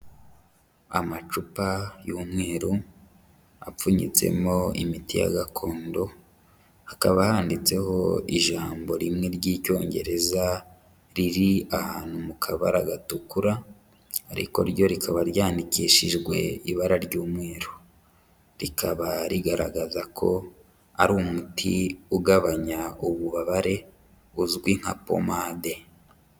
Amacupa y'umweru, apfunyitsemo imiti ya gakondo, hakaba handitseho ijambo rimwe ry'Icyongereza riri ahantu mu kabara gatukura ariko ryo rikaba ryandikishijwe ibara ry'umweru, rikaba rigaragaza ko ari umuti ugabanya ububabare buzwi nka pomade.